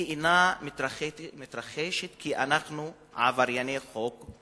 היא אינה מתרחשת כי אנחנו עברייני חוק,